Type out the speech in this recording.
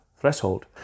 threshold